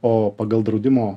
o pagal draudimo